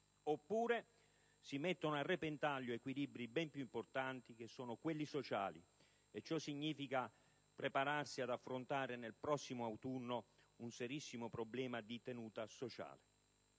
oppure si mettono a repentaglio equilibri ben più importanti, che sono quelli sociali: e ciò significa prepararsi ad affrontare nel prossimo autunno un serissimo problema di tenuta sociale.